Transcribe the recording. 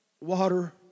water